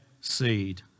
seed